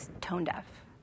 tone-deaf